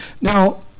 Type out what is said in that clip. now